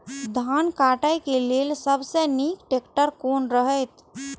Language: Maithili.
धान काटय के लेल सबसे नीक ट्रैक्टर कोन रहैत?